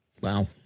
Wow